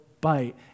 bite